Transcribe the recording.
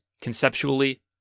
Conceptually